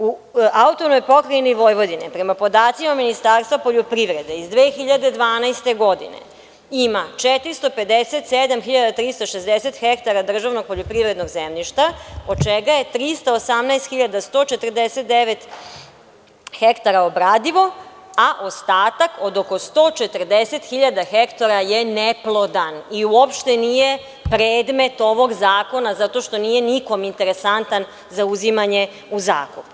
U AP Vojvodini, prema podacima Ministarstva poljoprivrede iz 2012. godine, ima 457.360 hektara državnog poljoprivrednog zemljišta, od čega je 318.149 hektara obradivo, a ostatak od oko 140.000 hektara je neplodan, i uopšte nije predmet ovog zakona zato što nije nikom interesantan za uzimanje u zakup.